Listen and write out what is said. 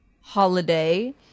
holiday